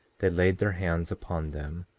they laid their hands upon them,